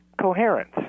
coherence